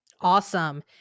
Awesome